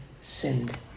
sinned